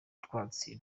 utwatsi